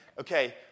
okay